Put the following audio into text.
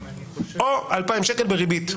או 2,000 ש"ח בריבית,